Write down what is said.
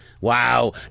Wow